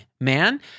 man